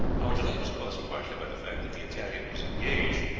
our delay was caused partly by the fact that the italian was engaged,